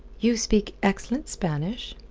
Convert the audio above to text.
you speak excellent spanish.